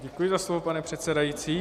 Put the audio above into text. Děkuji za slovo, pane předsedající.